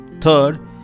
Third